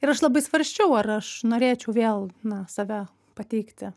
ir aš labai svarsčiau ar aš norėčiau vėl na save pateikti